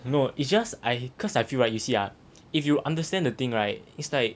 no it's just I cause I feel right you see ah if you understand the thing right it's like